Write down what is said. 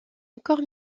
encore